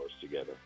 together